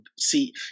See